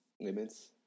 limits